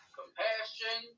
compassion